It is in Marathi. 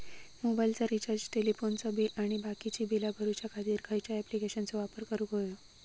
मोबाईलाचा रिचार्ज टेलिफोनाचा बिल आणि बाकीची बिला भरूच्या खातीर खयच्या ॲप्लिकेशनाचो वापर करूक होयो?